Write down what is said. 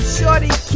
Shorty